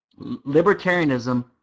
libertarianism